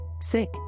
Sick